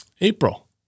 April